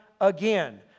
again